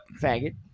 faggot